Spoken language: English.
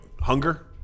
hunger